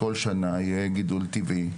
שכל שנה יהיה גידול טבעי.